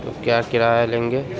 تو کیا کرایہ لیں گے